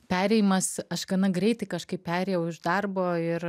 perėjimas aš gana greitai kažkaip perėjau iš darbo ir